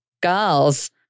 girls